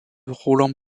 roland